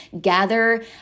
gather